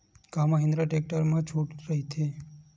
का महिंद्रा टेक्टर मा छुट राइथे?